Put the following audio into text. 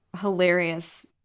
hilarious